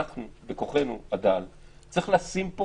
ובכוחנו הדל צריך לשים פה